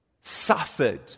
suffered